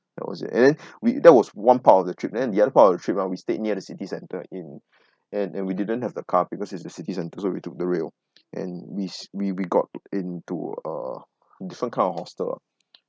that was and then we that was one part of the trip then the other part of the trip around we stayed near the city centre in and and we didn't have the car because it's the city centre so we took the rail and we we we got into a different kind of hostel ah